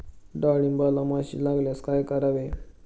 डाळींबाला माशी लागल्यास काय करावे?